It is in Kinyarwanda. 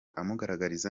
amuganiriza